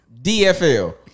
DFL